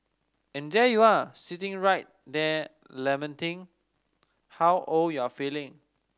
and there you are sitting right there lamenting how old you're feeling